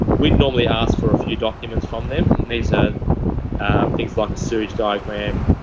we normally ask for a few documents from them, these are things like a sewage diagram,